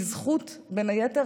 בין היתר